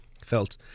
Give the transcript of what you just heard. felt